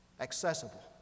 Accessible